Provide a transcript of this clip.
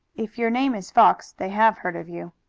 if your name is fox they have heard of you.